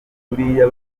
buriya